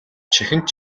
чихэнд